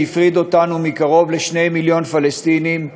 שהפריד אותנו מקרוב ל-2 מיליון פלסטינים,